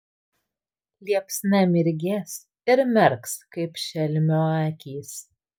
liepsna mirgės ir merks kaip šelmio akys